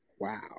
wow